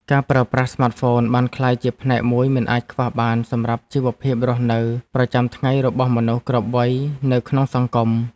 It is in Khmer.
ការប្រើប្រាស់ស្មាតហ្វូនបានក្លាយជាផ្នែកមួយមិនអាចខ្វះបានសម្រាប់ជីវភាពរស់នៅប្រចាំថ្ងៃរបស់មនុស្សគ្រប់វ័យនៅក្នុងសង្គម។